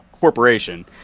corporation